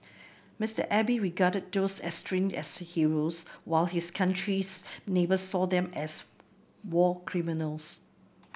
Mister Abe regarded those enshrined as heroes while his country's neighbours saw them as war criminals